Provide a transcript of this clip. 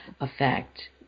effect